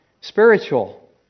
spiritual